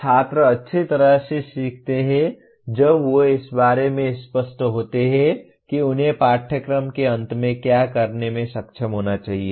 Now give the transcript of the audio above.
छात्र अच्छी तरह से सीखते हैं जब वे इस बारे में स्पष्ट होते हैं कि उन्हें पाठ्यक्रम के अंत में क्या करने में सक्षम होना चाहिए